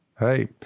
Hey